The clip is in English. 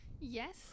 Yes